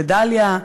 לדליה,